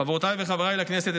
חברותיי וחבריי לכנסת,